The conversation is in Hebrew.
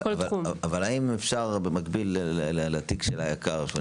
אבל האם אפשר במקביל לתיק של היק"ר?